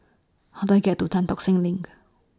How Do I get to Tan Tock Seng LINK